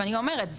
ואני גם אומרת,